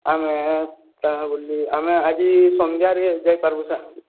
ଆମେ ତା ବୋଲି ଆମେ ଆଜି ସନ୍ଧ୍ୟାରେ ଯାଇ ପାରୁବୁ ସାର୍